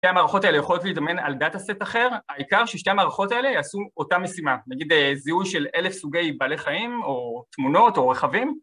שתי המערכות האלה יכולות להתאמן על דאטה סט אחר, העיקר ששתי המערכות האלה יעשו אותה משימה, נגיד זיהוי של אלף סוגי בעלי חיים או תמונות או רכבים